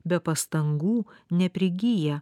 be pastangų neprigyja